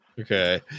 Okay